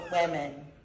women